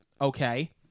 okay